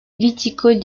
viticole